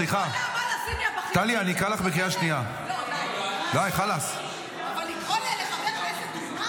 חברת הכנסת טלי גוטליב ------ הוא לא יכול לקרוא לעידן רול דוגמן.